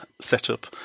setup